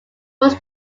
was